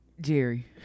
jerry